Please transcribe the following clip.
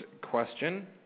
question